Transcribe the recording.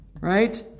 right